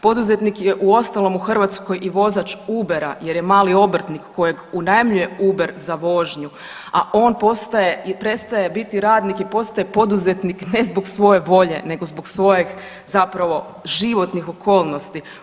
Poduzetnik je uostalom u Hrvatskoj i vozač Ubera jer je mali obrtnik kojeg unajmljuje Uber za vožnju, a on postaje i prestaje biti radnik i postaje poduzetnik ne zbog svoje volje nego zbog svojeg zapravo životnih okolnosti.